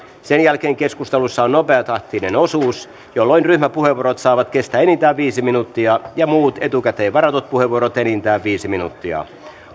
sen jälkeen keskustelussa on nopeatahtinen osuus jolloin ryhmäpuheenvuorot saavat kestää enintään viisi minuuttia ja muut etukäteen varatut puheenvuorot enintään viisi minuuttia